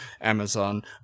amazon